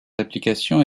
applications